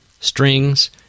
strings